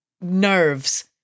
nerves